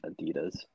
Adidas